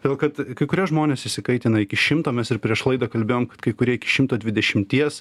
todėl kad kai kurie žmonės įsikaitina iki šimto mes ir prieš laidą kalbėjom kad kai kurie iki šimto dvidešimties